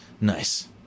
Nice